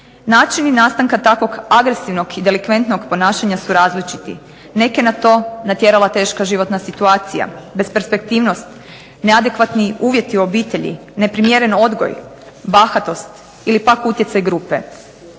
Načini nastanka takvog agresivnog i delikventnog ponašanja su različiti. Neke je na to natjerala teška životna situacija, besperspektivnost, neadekvatni uvjeti u obitelji, neprimjeren odgoj, bahatost, ili pak utjecaj grupe.